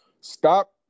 stop